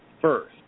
first